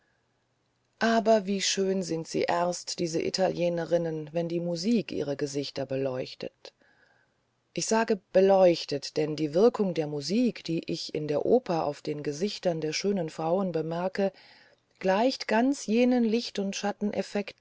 aber wie schön sind sie erst diese italienerinnen wenn die musik ihre gesichter beleuchtet ich sage beleuchtet denn die wirkung der musik die ich in der oper auf den gesichtern der schönen frauen bemerke gleicht ganz jenen licht und schatteneffekten